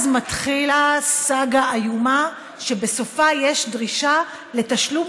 אז מתחילה סאגה איומה שבסופה יש דרישה לתשלום